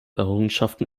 errungenschaften